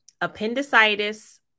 appendicitis